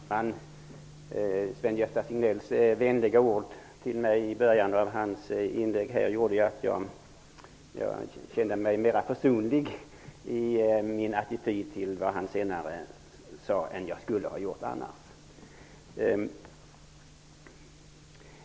Herr talman! Sven-Gösta Signells vänliga ord till mig i början av hans inlägg gjorde att jag känner mig mera försonlig i min attityd till vad han senare sade än vad jag annars hade gjort.